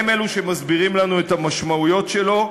הם שמסבירים לנו את המשמעויות שלו,